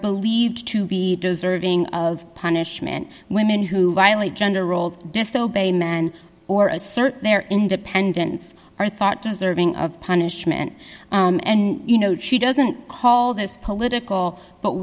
believed to be deserving of punishment women who violate gender roles disobeying men or assert their independence are thought deserving of punishment and you know she doesn't call this political but